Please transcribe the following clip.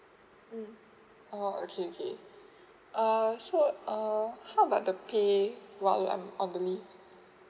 mm oh okay okay uh so uh how about the pay while I'm on the leave